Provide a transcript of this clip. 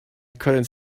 couldn’t